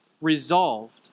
resolved